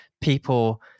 people